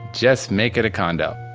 just make it a condo.